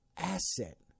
asset